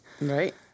Right